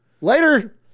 Later